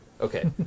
Okay